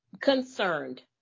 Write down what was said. concerned